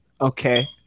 Okay